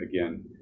Again